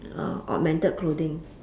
augmented clothing